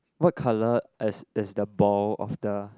what colour is is the ball of the